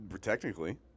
Technically